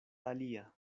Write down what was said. alia